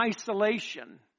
isolation